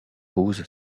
pose